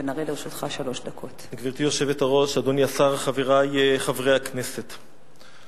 גברתי היושבת-ראש, אדוני השר, חברי חברי הכנסת,